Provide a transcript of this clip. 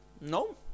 no